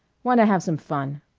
want to have some fun.